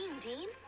Dean